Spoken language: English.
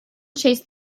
chased